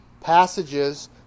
passages